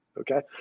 Okay